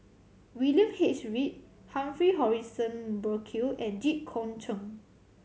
William H Read Humphrey Morrison Burkill and Jit Koon Ch'ng